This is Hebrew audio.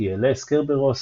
קרברוס,